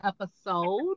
episode